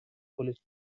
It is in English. police